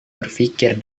berfikir